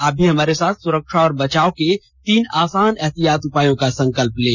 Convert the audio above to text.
आप भी हमारे साथ सुरक्षा और बचाव के तीन आसान एहतियाती उपायों का संकल्प लें